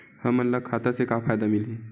हमन ला खाता से का का फ़ायदा मिलही?